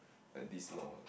like this long eh